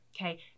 Okay